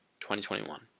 2021